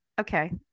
Okay